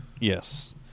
Yes